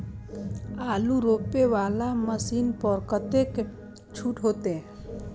आलू रोपे वाला मशीन पर कतेक छूट होते?